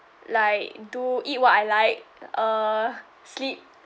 like do eat what I like uh sleep